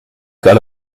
got